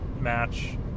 match